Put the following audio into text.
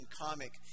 comic